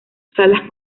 salas